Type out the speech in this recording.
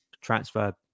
transfer